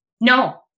No